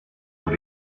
sous